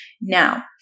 Now